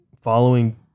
following